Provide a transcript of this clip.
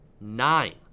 Nine